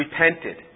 repented